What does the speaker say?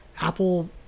Apple